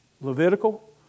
Levitical